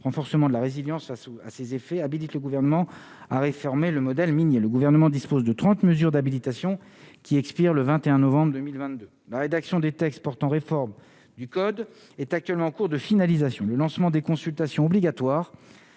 renforcement de la résilience face ou à ses effets habilite le gouvernement à réformer le modèle Mini et le gouvernement dispose de 30 mesures d'habilitation qui expire le 21 novembre 2022 la rédaction des textes portant réforme du code est actuellement en cours de finalisation le lancement des consultations obligatoires,